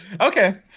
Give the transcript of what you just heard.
Okay